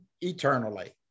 eternally